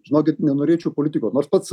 žinokit nenorėčiau politikuot nors pats